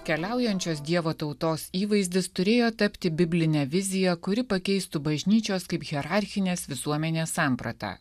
keliaujančios dievo tautos įvaizdis turėjo tapti biblinė vizija kuri pakeistų bažnyčios kaip hierarchinės visuomenės sampratą